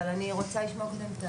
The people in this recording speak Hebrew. אבל אני רוצה לשמוע קודם.